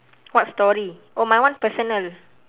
what story oh my one personal